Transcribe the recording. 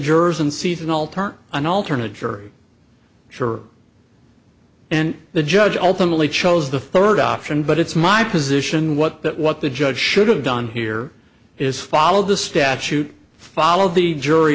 jurors unseasonal turn an alternate jury sure and the judge ultimately chose the third option but it's my position what that what the judge should have done here is follow the statute follow the jury